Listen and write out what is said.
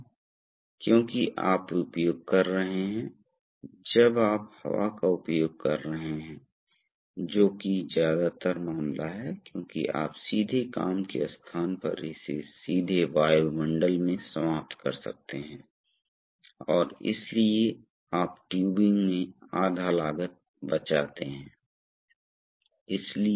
यह एक पायलट है एक पायलट एक ऐसी रेखा है जिसके उपयोग से दूरस्थ स्थान से दबाव डालकर आप वाल्व का संचालन कर सकते हैं इसलिए वाल्व का कुछ सामान्य संचालन मोड हो सकता है लेकिन कभी कभी ऑपरेटर उस मोड को ओवरराइड करना पसंद कर सकते हैं और एक अलग मोड में आते हैं और वह आप नियंत्रण कक्ष में बैठ कर सकते हैं जबकि वाल्व मशीन के पास कहीं क्षेत्र में हो सकता है इसलिए यहां हमारे पास पायलट संचालित वाल्व है सञ्चालन देखिये